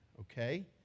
okay